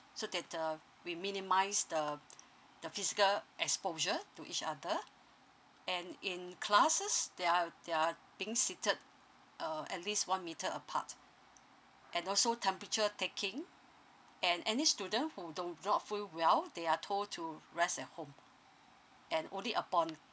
so that uh we minimise the the physical exposure to each other and in classes they are they are being seated uh at least one metre apart and also temperature taking and any student who don't do not feel well they are told to rest at home and only upon